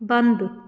ਬੰਦ